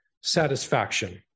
satisfaction